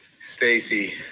stacy